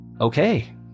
Okay